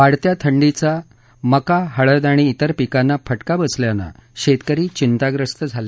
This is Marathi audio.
वाढत्या थंडीचा मका हळद आणि इतर काही पिकांना फटका बसल्यानं शेतकरी चिंताग्रस्त झाले आहेत